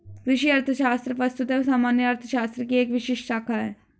कृषि अर्थशास्त्र वस्तुतः सामान्य अर्थशास्त्र की एक विशिष्ट शाखा है